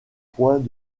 point